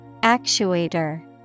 Actuator